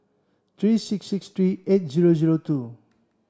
three six six three eight zero zero two